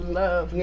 love